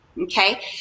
Okay